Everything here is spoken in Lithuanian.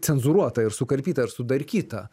cenzūruota ir sukarpyta ir sudarkyta